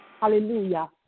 hallelujah